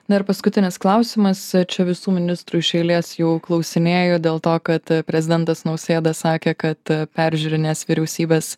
na ir paskutinis klausimas čia visų ministrų iš eilės jau klausinėju dėl to kad prezidentas nausėda sakė kad peržiūrinės vyriausybės